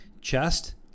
Chest